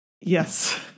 Yes